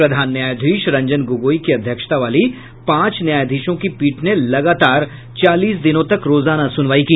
प्रधान न्यायाधीश रंजन गोगोई की अध्यक्षता वाली पांच न्यायाधीशों की पीठ ने लगातार चालीस दिनों तक रोजाना सुनवाई की